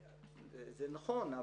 זה נכון,